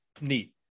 neat